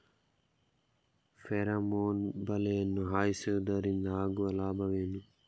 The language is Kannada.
ಫೆರಮೋನ್ ಬಲೆಯನ್ನು ಹಾಯಿಸುವುದರಿಂದ ಆಗುವ ಲಾಭವೇನು?